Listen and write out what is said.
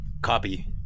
Copy